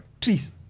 Trees